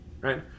right